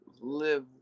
live